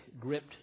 gripped